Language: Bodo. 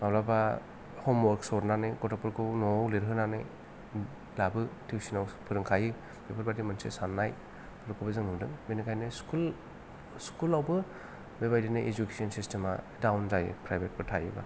माब्लाबा हम वर्कस हरनानै गथ'फोरखौ न'आव लिरहोनानै लाबो टुइसनाव फोरोंखायो बेफोरबायदि मोनसे साननाय बेफोरखौबो जों नुदों बेनिखायनो स्कुल स्कुलआवबो बेबायदिनो इडुकेसन सिस्टेमा दाउन जायो प्राइभेटफोर थायोबा